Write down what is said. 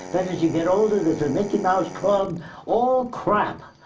then as you get older, there's the mickey mouse club, all crap.